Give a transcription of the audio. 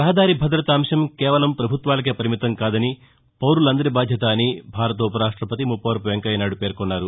రహదారి భద్రత అంశం కేవలం పభుత్వాలకే పరిమితం కాదని పౌరులందరి బాధ్యత అని భారత ఉప రాష్ట్రపతి ముప్పవరపు వెంకయ్య నాయుడు పేర్కొన్నారు